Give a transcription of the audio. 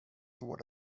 what